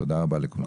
תודה רבה לכולכם.